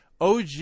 OG